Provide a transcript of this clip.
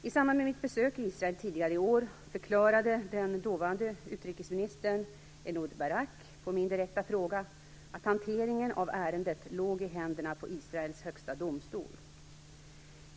I samband med mitt besök i Israel tidigare i år förklarade den dåvarande utrikesministern Ehud Barak på min direkta fråga att hanteringen av ärendet låg i händerna på Israels högsta domstol.